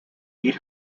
eat